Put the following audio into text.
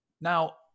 Now